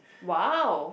!wow!